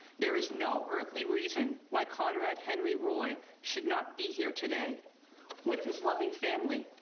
there is no earthly reason why conrad henri roy should not be here today with his loving family,